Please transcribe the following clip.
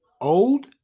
old